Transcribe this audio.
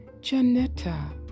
Janetta